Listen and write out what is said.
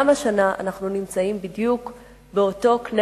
גם השנה אנחנו נמצאים בדיוק באותו קנה